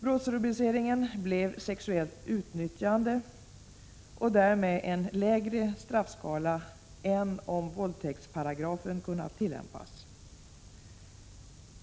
Brottsrubriceringen blev sexuellt utnyttjande, och därmed tillämpades en lägre straffskala än om våldtäktsparagrafen kunnat tillämpas.